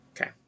Okay